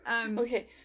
Okay